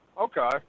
Okay